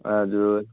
हजुर